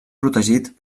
protegit